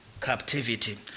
Captivity